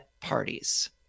parties